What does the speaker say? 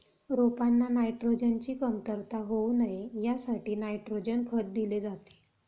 रोपांना नायट्रोजनची कमतरता होऊ नये यासाठी नायट्रोजन खत दिले जाते